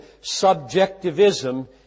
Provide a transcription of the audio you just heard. subjectivism